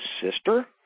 sister